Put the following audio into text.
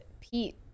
Pete